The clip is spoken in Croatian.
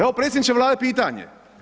Evo predsjedniče Vlade, pitanje.